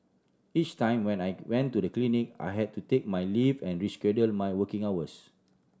each time when I went to the clinic I had to take my leave and rescheduled my working hours